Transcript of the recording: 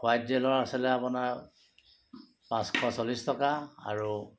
white জেলৰ আছিলে আপোনাৰ পাঁচশ চলিছ টকা আৰু